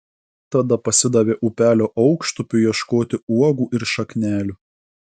tada pasidavė upelio aukštupiu ieškoti uogų ir šaknelių